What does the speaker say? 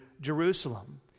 Jerusalem